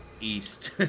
East